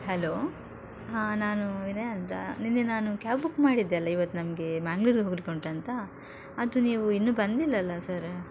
hello ಹಾಂ ನಾನು ವಿನಯ ಅಂತ ನಿನ್ನೆ ನಾನು ಕ್ಯಾಬ್ ಬುಕ್ ಮಾಡಿದ್ದೆಲ್ಲ ಇವತ್ತು ನಮಗೆ ಮ್ಯಾಂಗ್ಳೂರಿಗೆ ಹೋಗ್ಲಿಕ್ಕೆ ಉಂಟಂತ ಅದು ನೀವು ಇನ್ನು ಬಂದಿಲ್ಲಲ್ಲ ಸರ್